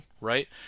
right